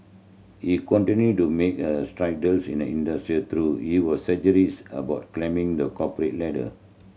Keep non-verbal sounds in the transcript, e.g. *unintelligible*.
he continued to make a stride *unintelligible* in the industry through he was *unintelligible* about climbing the corporate ladder